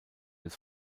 des